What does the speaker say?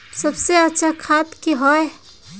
सबसे अच्छा खाद की होय?